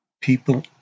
people